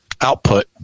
output